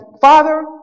Father